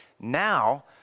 now